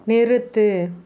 நிறுத்து